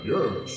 Yes